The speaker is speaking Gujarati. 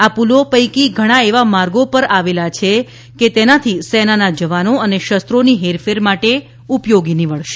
આ પૂલો પૈકી ઘણા એવા માર્ગો પર આવેલા છે કે તેનાથી સેનાના જવાનો અને શસ્ત્રોની હેરફેર માટે ઉપયોગી નીવડશે